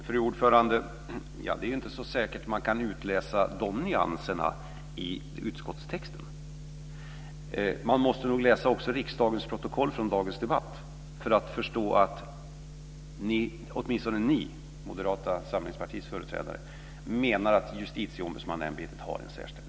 Fru talman! Det är inte så säkert att man kan utläsa de nyanserna i utskottstexten. Man måste nog också läsa riksdagens protokoll från dagens debatt för att förstå att åtminstone ni företrädare för Moderata samlingspartiet menar att justitieombudsmannaämbetet har en särställning.